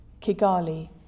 Kigali